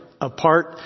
apart